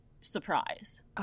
surprise